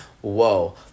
Whoa